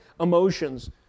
emotions